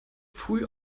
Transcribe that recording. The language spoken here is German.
früh